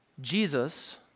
Jesus